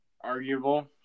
Arguable